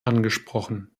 angesprochen